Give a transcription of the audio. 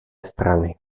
strany